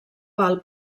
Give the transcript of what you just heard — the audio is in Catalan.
pal